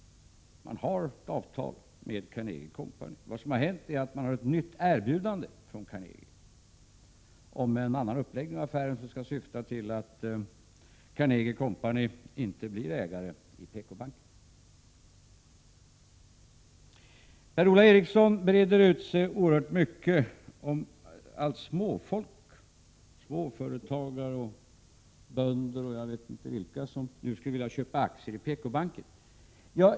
PKbanken har ett avtal med Carnegie & Co. Vad som hänt är att PKbanken har fått ett nytt erbjudande från Carnegie om en annan uppläggning av affären som skall syfta till att Carnegie & Co inte blir ägare i PKbanken. Per-Ola Eriksson breder ut sig oerhört mycket om att småfolk — småföretagare, bönder och jag vet inte vilka — nu skulle vilja köpa aktier i PKbanken.